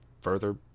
further